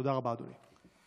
תודה רבה, אדוני.